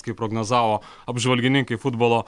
kaip prognozavo apžvalgininkai futbolo